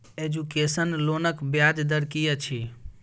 Education लोनक ब्याज दर की अछि?